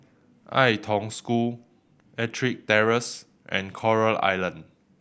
Ai Tong School Ettrick Terrace and Coral Island